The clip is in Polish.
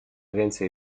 więcej